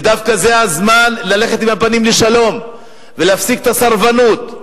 ודווקא זה הזמן ללכת עם הפנים לשלום ולהפסיק את הסרבנות,